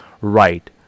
right